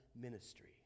ministry